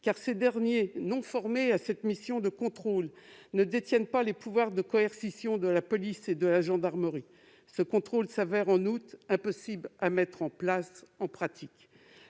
car ces derniers, non formés à cette mission de contrôle, ne détiennent pas les pouvoirs de coercition de la police et de la gendarmerie. Ce contrôle s'avère, en outre, impossible à mettre en place en pratique.